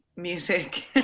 music